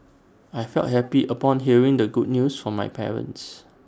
I felt happy upon hearing the good news from my parents